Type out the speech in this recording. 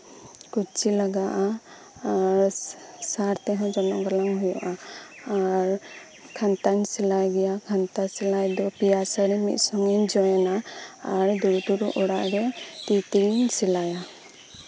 ᱠᱩᱪᱷᱤ ᱞᱟᱜᱟᱜᱼᱟ ᱟᱨ ᱥᱟᱨ ᱛᱮᱦᱚᱸ ᱡᱚᱱᱚᱜ ᱜᱟᱞᱟᱝ ᱦᱩᱭᱩᱜᱼᱟ ᱟᱨ ᱠᱷᱟᱱᱛᱟᱧ ᱥᱮᱞᱟᱭ ᱜᱮᱭᱟ ᱠᱷᱟᱱᱛᱟ ᱥᱮᱞᱟᱭ ᱫᱚ ᱯᱮᱭᱟ ᱥᱟᱹᱲᱤ ᱢᱤᱫ ᱥᱟᱶᱛᱤᱧ ᱡᱚᱭᱮᱱᱟ ᱟᱨ ᱫᱩᱲᱩᱵ ᱫᱩᱲᱩᱵ ᱚᱲᱟᱜᱨᱮ ᱛᱤ ᱛᱮᱜᱮᱧ ᱥᱮᱞᱟᱭᱟ